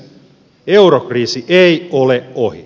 eurokriisi ei ole ohi